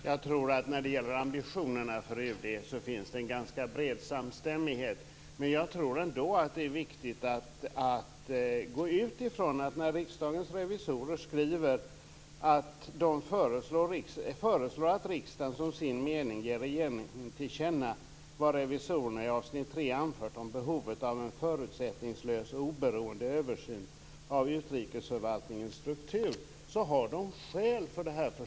Herr talman! Jag tror att när det gäller ambitionerna för UD finns det en ganska bred samstämmighet. Men jag tror ändå att det är viktigt att utgå från att Riksdagens revisorer har skäl för sitt förslag, när de föreslår att riksdagen som sin mening ger regeringen till känna vad revisorerna i avsnitt 3 anfört om behovet av en förutsättningslös och oberoende översyn av utrikesförvaltningens struktur.